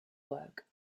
work